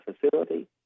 facility